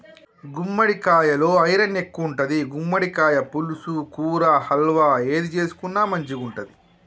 గుమ్మడికాలలో ఐరన్ ఎక్కువుంటది, గుమ్మడికాయ పులుసు, కూర, హల్వా ఏది చేసుకున్న మంచిగుంటది